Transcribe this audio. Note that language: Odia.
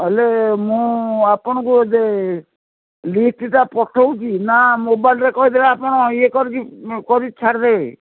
ହେଲେ ମୁଁ ଆପଣଙ୍କୁ ଏବେ ଲିଷ୍ଟଟା ପଠାଉଛି ନା ମୋବାଇଲରେ କହିଦେଲେ ଆପଣ ଇଏ କରିକି କରି ଛାଡ଼ିଦେବେ